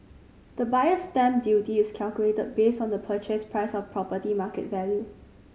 the Buyer's Stamp Duty is calculated based on the purchase price or property market value